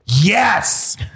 Yes